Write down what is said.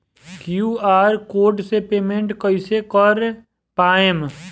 QR code से payment कईसे कर पाएम?